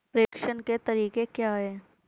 प्रेषण के तरीके क्या हैं?